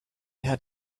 had